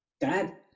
Dad